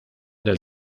del